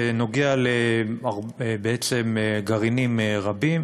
שנוגע בעצם לגרעינים רבים,